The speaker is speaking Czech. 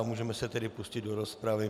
Můžeme se tedy pustit do rozpravy.